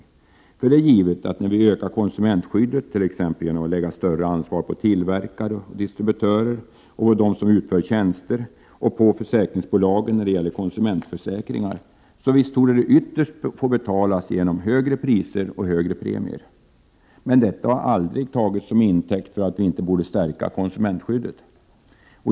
89 För det är givet att när vi ökar konsumentskyddet t.ex. genom att lägga större ansvar på tillverkare och distributörer, på dem som utför tjänster och på försäkringsbolagen när det gäller konsumentförsäkringar så torde det ytterst få betalas genom högre priser och högre premier. Detta har emellertid aldrig tagits som intäkt för att vi inte borde stärka konsumentskyddet.